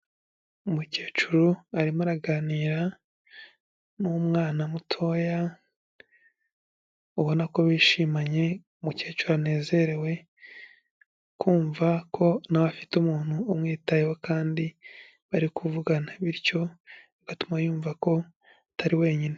Umukecuru arimo araganira n'umwana mutoya ubona ko bishimanye, umukecuru anezerewe kumva ko nawe afite umuntu umwitayeho kandi bari kuvugana, bityo bigatuma yumva ko atari wenyine.